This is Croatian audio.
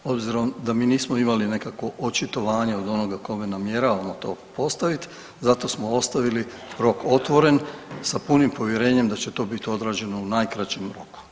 Obzirom da mi nismo imali nekakvo očitovanje od onoga kome namjeravamo to postaviti zato smo ostavili rok otvoren sa punim povjerenjem da će to biti odrađeno u najkraćem roku.